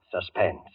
suspense